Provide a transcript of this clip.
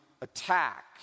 attack